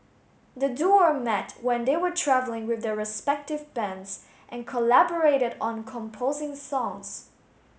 the duo met when they were travelling with their respective bands and collaborated on composing songs